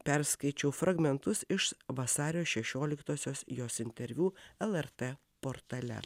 perskaičiau fragmentus iš vasario šešioliktosios jos interviu lrt portale